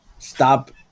Stop